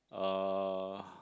uh